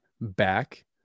back